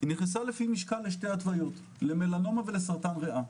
לשתי התוויות: למלנומה ולסרטן ריאה.